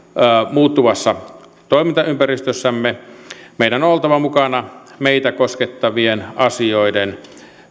muuttuvassa toimintaympäristössämme meidän on oltava mukana meitä koskettavien asioiden